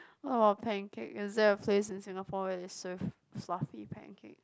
what about pancake is there a place in Singapore they serve sloppy pancake